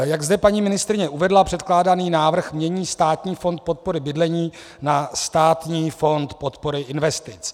Jak zde paní ministryně uvedla, předkládaný návrh mění Státního fond podpory bydlení na Státního fond podpory investic.